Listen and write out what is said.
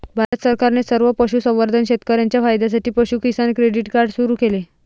भारत सरकारने सर्व पशुसंवर्धन शेतकर्यांच्या फायद्यासाठी पशु किसान क्रेडिट कार्ड सुरू केले